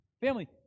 Family